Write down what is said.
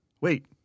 wait